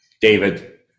David